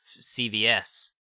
cvs